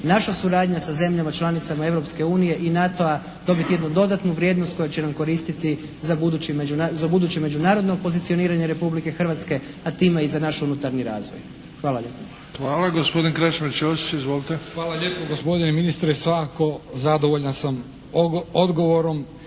naša suradnja sa zemljama članicama Europske unije i NATO-a dobiti jednu dodatnu vrijednost koja će nam koristiti za buduće međunarodno pozicioniranje Republike Hrvatske a time i za naš unutarnji razvoj. Hvala lijepa. **Bebić, Luka (HDZ)** Hvala. Gospodin Krešimir Ćosić, izvolite. **Ćosić, Krešimir (HDZ)** Hvala lijepo gospodine ministre. Svakako, zadovoljan sam odgovorom,